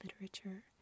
literature